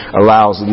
allows